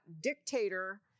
dictator